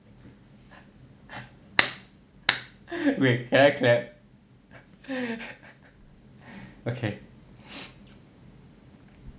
wait can I clap